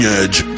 edge